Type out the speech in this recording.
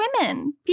women